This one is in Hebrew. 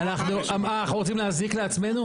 אנחנו רוצים להזיק לעצמנו?